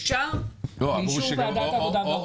אפשר באישור ועדת העבודה והרווחה.